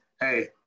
hey